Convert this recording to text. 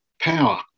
power